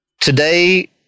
Today